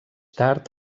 tard